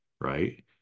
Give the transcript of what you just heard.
Right